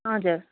हजुर